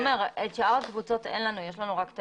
תומר, את שאר הקבוצות אין לנו, יש לנו רק את